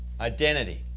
identity